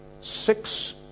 Six